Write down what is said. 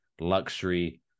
luxury